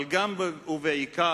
אבל גם, ובעיקר,